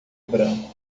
branco